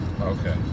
Okay